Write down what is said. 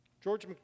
George